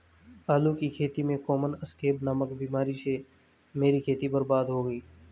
आलू की खेती में कॉमन स्कैब नामक बीमारी से मेरी खेती बर्बाद हो गई